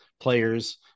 players